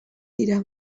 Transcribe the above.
dira